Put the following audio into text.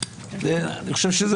זה כמו שאני לא